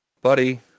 buddy